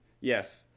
Yes